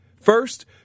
First